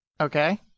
Okay